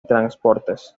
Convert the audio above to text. transportes